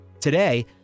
Today